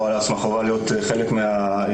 רואה עצמה חובה להיות חלק מהתהליך.